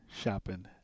shopping